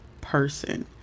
person